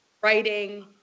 writing